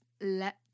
let